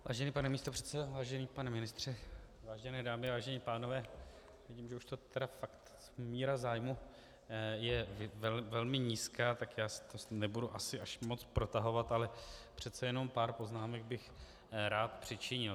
Vážený pane místopředsedo, vážený pane ministře, vážené dámy, vážení pánové, vidím, že už fakt míra zájmu je velmi nízká, tak to nebudu asi až moc protahovat, ale přece jenom pár poznámek bych rád přičinil.